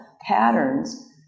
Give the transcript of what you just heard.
patterns